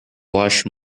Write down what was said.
wash